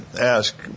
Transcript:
Ask